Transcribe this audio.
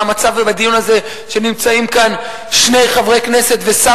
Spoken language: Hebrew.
והמצב בדיון הזה שנמצאים כאן שני חברי כנסת ושר